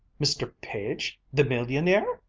mr. page, the millionaire!